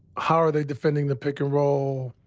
how are they defending the pick and roll,